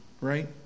right